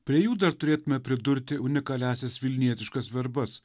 prie jų dar turėtume pridurti unikaliąsias vilnietiškas verbas